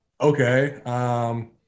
okay